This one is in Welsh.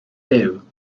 duw